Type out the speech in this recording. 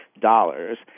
dollars